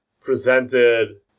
presented